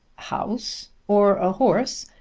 haus, or a horse,